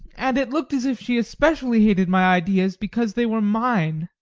and it looked as if she especially hated my ideas because they were mine,